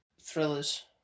thrillers